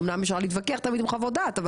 אמנם אפשר להתווכח תמיד עם חוות דעת,